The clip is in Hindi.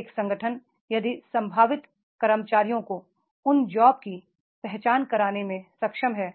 एक संगठनयदि संभावित कर्मचारियों को उन जॉब्स की पहचान करने में सक्षम है